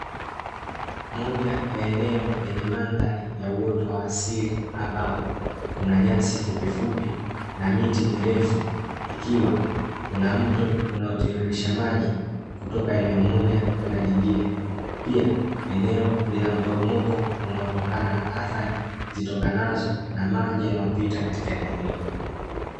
Moja ya eneo lenye mandhari ya uoto wa asili, ambao kuna nyasi fupifupi na miti mirefu, ikiwa kuna mto unaotiririsha maji kutoka eneo moja kwenda jingine, pia eneo lina mporomoko unaotokana na athari zitokanazo na maji yanayopita katika eneo hilo.